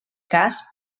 cas